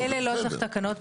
בהיבטים האלה לא צריך תקנות.